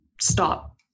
stop